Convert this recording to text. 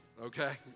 okay